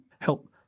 help